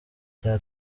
cya